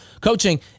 coaching